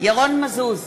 ירון מזוז,